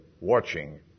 watching